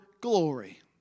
glory